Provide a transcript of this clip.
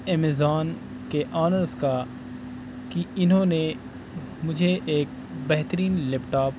Amazon کے owners کا کہ انہوں نے مجھے ایک بہترین لیپ ٹاپ